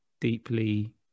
deeply